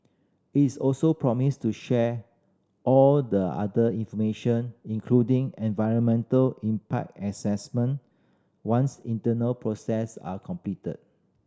it is also promised to share all the other information including environmental impact assessment once internal process are completed